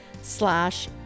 slash